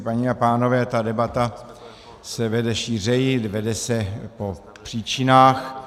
Paní a pánové, ta debata se vede šířeji, vede se po příčinách.